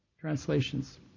translations